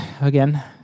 again